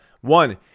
One